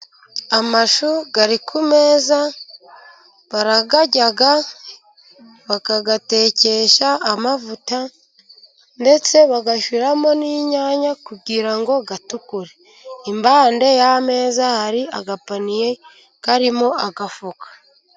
Amashu ari ku meza barayarya bakayatekesha amavuta ndetse bagashyiramo n'inyanya, kugira ngo atukure. Impande y'ameza hari agapaniye karimo agafuka.